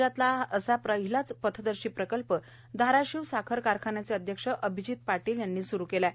राज्यातील असा पहिला पथदर्शी प्रकल्प धाराशिव साखर कारखान्याचे अध्यक्ष अभिजीत पाटील यांनी उभारला आहे